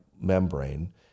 membrane